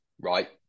right